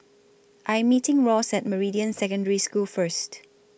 I'm meeting Ross At Meridian Secondary School First